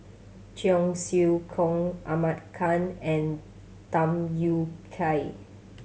Cheong Siew Keong Ahmad Khan and Tham Yui Kai